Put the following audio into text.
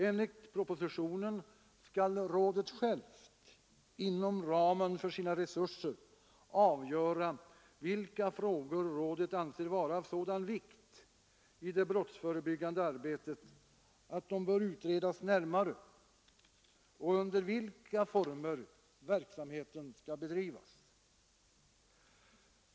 Enligt propositionen skall rådet självt inom ramen för sina resurser avgöra vilka frågor rådet anser vara av sådan vikt i det brottsförebyggande arbetet att de bör utredas närmare och under vilka former verksamheten skall bedrivas.